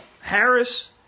Harris